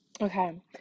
Okay